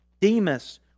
Demas